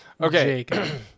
Okay